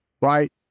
right